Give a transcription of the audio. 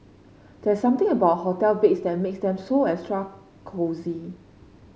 there's something about hotel beds that makes them so extra cosy